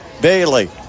Bailey